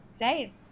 right